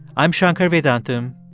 i'm shankar vedantam,